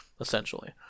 essentially